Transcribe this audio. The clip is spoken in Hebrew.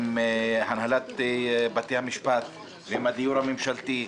עם הנהלת בתי המשפט ועם הדיור הממשלתי,